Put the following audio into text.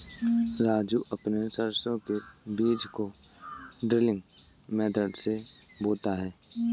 राजू अपने सरसों के बीज को ड्रिलिंग मेथड से बोता है